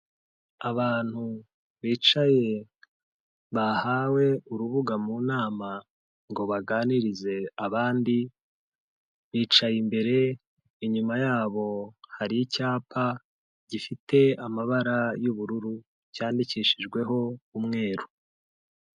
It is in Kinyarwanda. Abantu bicaye bahawe urubuga mu nama ngo baganirize abandi, bicaye imbere, inyuma yabo hari icyapa gifite amabara y'ubururu, cyandikishijweho umweru.